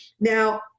Now